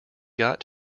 got